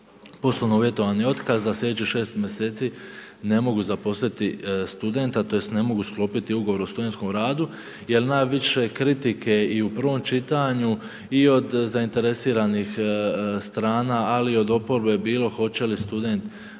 poslovno uvjetovani otkaz da sljedećih 6 mjeseci ne mogu zaposliti studenta tj. ne mogu sklopiti ugovor o studentskom radu jer najviše kritike i u prvom čitanju i od zainteresiranih strana, ali i od oporbe bilo hoće li student zamijeniti